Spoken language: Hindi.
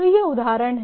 तो यह उदाहरण है